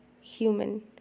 human